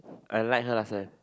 I like her last time